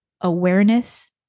awareness